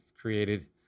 created